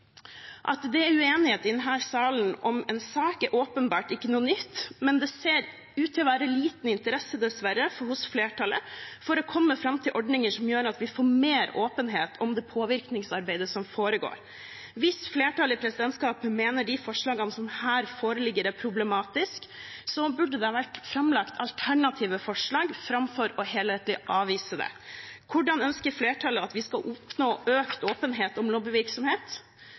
At det er uenighet i denne salen om en sak, er åpenbart ikke noe nytt, men det ser dessverre ut til å være liten interesse hos flertallet for å komme fram til ordninger som gjør at vi får mer åpenhet om påvirkningsarbeidet som foregår. Hvis flertallet i presidentskapet mener at de forslagene som her foreligger, er problematiske, burde det vært framlagt alternative forslag framfor å avvise det i sin helhet. Hvordan ønsker flertallet at vi skal oppnå økt åpenhet om lobbyvirksomhet?